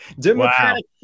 democratic